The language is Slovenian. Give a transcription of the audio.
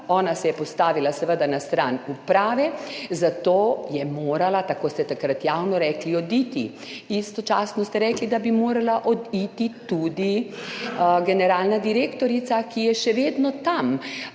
Ona se je postavila seveda na stran Uprave, zato je morala, tako ste takrat javno rekli, oditi. Istočasno ste rekli, da bi morala oditi tudi generalna direktorica, ki je še vedno tam.